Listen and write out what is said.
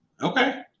Okay